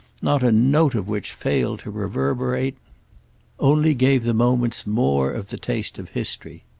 not a note of which failed to reverberate only gave the moments more of the taste of history.